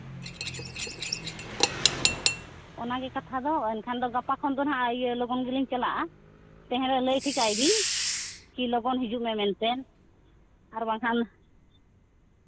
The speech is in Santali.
ᱚᱱᱟ ᱜᱮ ᱠᱟᱛᱷᱟ ᱫᱚ ᱮᱱᱠᱷᱟᱱ ᱜᱟᱯᱟ ᱠᱷᱚᱱ ᱫᱚ ᱦᱟᱸᱜ ᱤᱭᱟᱹ ᱞᱚᱜᱚᱱ ᱜᱮᱞᱤᱧ ᱪᱟᱞᱟᱜᱼᱟ ᱛᱮᱦᱮᱧ ᱨᱮ ᱞᱟᱹᱭ ᱴᱷᱤᱠᱟᱭ ᱵᱤᱱ ᱠᱤ ᱞᱚᱜᱚᱱ ᱦᱤᱡᱩᱜ ᱢᱮ ᱢᱮᱱᱛᱮ ᱟᱨ ᱵᱟᱝᱠᱷᱟᱱ